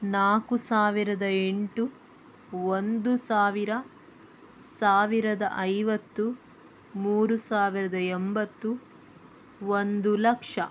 ನಾಲ್ಕು ಸಾವಿರದ ಎಂಟು ಒಂದು ಸಾವಿರ ಸಾವಿರದ ಐವತ್ತು ಮೂರು ಸಾವಿರದ ಎಂಬತ್ತು ಒಂದು ಲಕ್ಷ